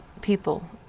people